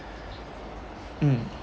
mm